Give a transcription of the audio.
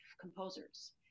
composers